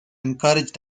encouraged